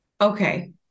Okay